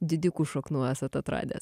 didikų šaknų esat atradęs